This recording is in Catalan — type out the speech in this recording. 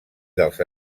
dels